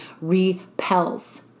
repels